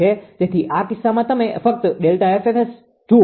તેથી આ કિસ્સામાં તમે ફક્ત ΔFSS જુઓ